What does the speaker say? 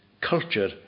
culture